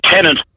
tenant